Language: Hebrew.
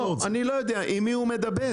אני לא יודע עם מי הוא מדבר.